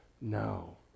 No